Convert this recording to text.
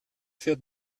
fährt